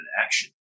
action